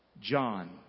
John